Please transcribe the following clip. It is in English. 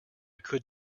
could